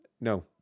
No